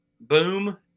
boom